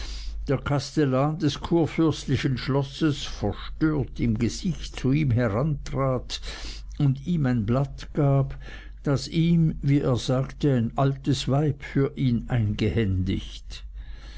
der kastellan des kurfürstlichen schlosses verstört im gesicht zu ihm herantrat und ihm ein blatt gab das ihm wie er sagte ein altes weib für ihn eingehändigt